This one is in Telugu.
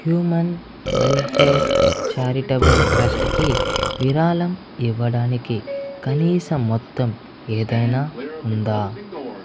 హ్యూమన్ వెల్ఫేర్ ఛారిటబుల్ ట్రస్ట్కి విరాళం ఇవ్వడానికి కనీస మొత్తం ఏదైనా ఉందా